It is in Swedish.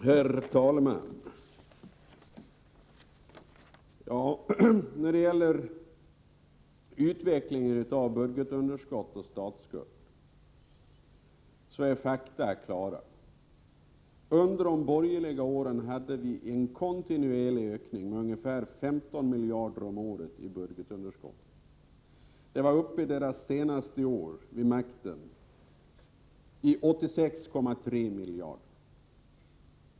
Herr talman! När det gäller utvecklingen av budgetunderskott och statsskuld är fakta klara. Under de borgerliga åren hade vi en kontinuerlig ökning med ungefär 15 miljarder om året i budgetunderskottet. Under deras senaste år vid makten var det uppe i 86,3 miljarder.